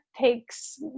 takes